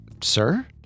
sir